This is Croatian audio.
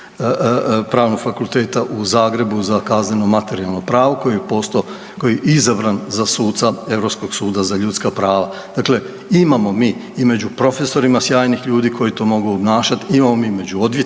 Pravnog fakulteta u Zagrebu za kazneno materijalno pravo koji je postao, koji je izabran za suca Europskog suda za ljudska prava. Dakle, imamo mi i među profesorima sjajnih ljudi koji to mogu obnašat, imamo mi i među odvjetnicima,